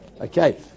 Okay